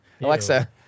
Alexa